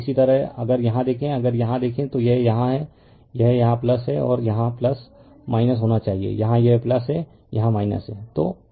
इसी तरह अगर यहां देखें अगर यहां देखें तो यह यहां है यह यहां है और यहां होना चाहिए यहां यह है यहां है तो हैं